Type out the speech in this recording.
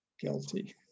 guilty